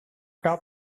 top